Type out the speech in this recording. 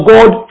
God